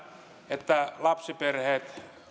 että lapsiperheet